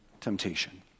temptation